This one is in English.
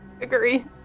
Agree